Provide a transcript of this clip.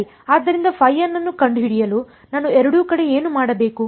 ಆದ್ದರಿಂದ ϕn ಅನ್ನು ಕಂಡುಹಿಡಿಯಲು ನಾನು ಎರಡೂ ಕಡೆ ಏನು ಮಾಡಬೇಕು